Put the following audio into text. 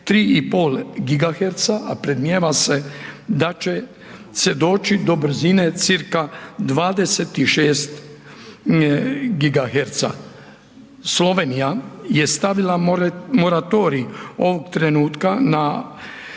3,5 gigaherca, a predmnijeva se da će se doći do brzine cca 26 gigaherca. Slovenija je stavila moratorij ovog trenutka na